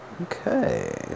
Okay